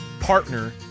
Partner